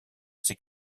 ses